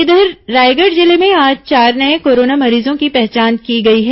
इधर रायगढ़ जिले में आज चार नये कोरोना मरीजों की पहचान की गई है